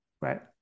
right